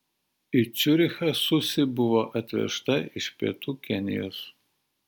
į ciurichą susi buvo atvežta iš pietų kenijos